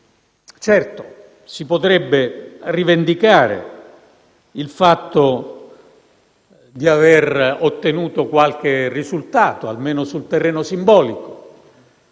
Certo, si potrebbe rivendicare che si è ottenuto qualche risultato, almeno sul terreno simbolico.